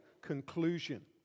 conclusion